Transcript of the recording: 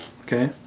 Okay